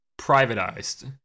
privatized